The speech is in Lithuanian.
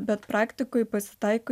bet praktikoj pasitaiko